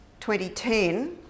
2010